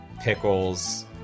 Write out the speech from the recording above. pickles